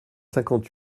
cinquante